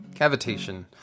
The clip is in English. cavitation